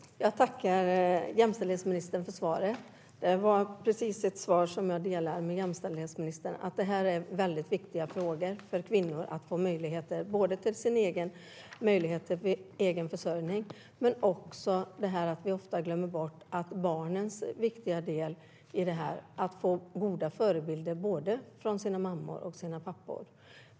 Herr talman! Jag tackar jämställdhetsministern för svaret. Det var ett svar som jag delar med jämställdhetsministern; detta är viktiga frågor för kvinnor. Det handlar både om att få möjligheter till egen försörjning och om det som vi ofta glömmer bort - barnens viktiga del i detta när det gäller att få goda förebilder från både sina mammor och sina pappor.